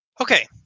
Okay